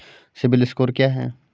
CIBIL score क्या है?